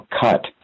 cut